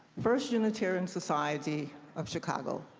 first unitarian society of chicago.